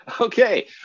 Okay